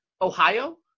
Ohio